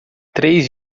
três